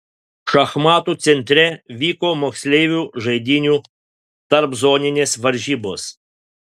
šachmatų centre vyko moksleivių žaidynių tarpzoninės varžybos